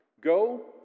go